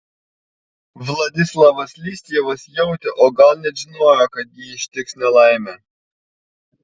vladislavas listjevas jautė o gal net žinojo kad jį ištiks nelaimė